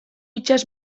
itsas